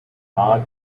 augment